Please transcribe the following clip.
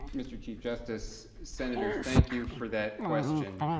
mr. chief justice centers thank you for that question